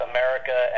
America